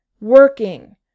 working